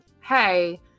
hey